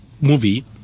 movie